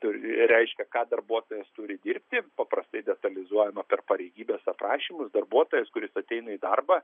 reiškia ką darbuotojas turi dirbti paprastai detalizuojama per pareigybės aprašymus darbuotojas kuris ateina į darbą